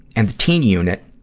and the teen unit,